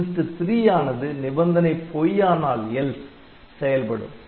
Inst 3 ஆனது நிபந்தனை பொய்யானால் செயல்படும்